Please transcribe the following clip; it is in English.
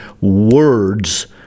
words